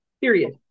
Period